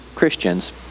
Christians